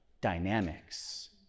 dynamics